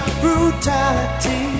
brutality